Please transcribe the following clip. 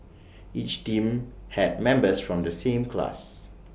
each team had members from the same class